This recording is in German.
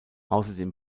außerdem